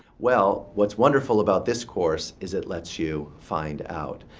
well, what's wonderful about this course is it lets you find out.